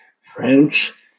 French